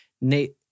Nate—